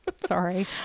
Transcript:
Sorry